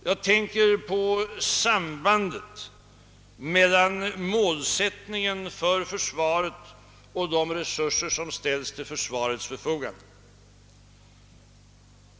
Jag tänker på sambandet mellan målsättningen för försvaret och de resurser det får till sitt förfogande.